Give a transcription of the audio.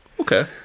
Okay